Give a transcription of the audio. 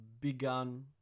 begun